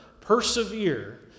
persevere